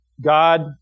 God